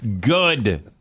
Good